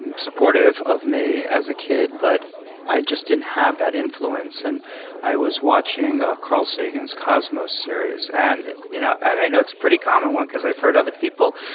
and of of me as a kid, but i just didn't have that influence. and i was watching carl sagan's cosmos series. and you know and i know it's a pretty common one because i've heard other people.